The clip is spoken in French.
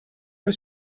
pas